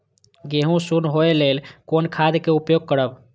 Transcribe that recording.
गेहूँ सुन होय लेल कोन खाद के उपयोग करब?